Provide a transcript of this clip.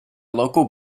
local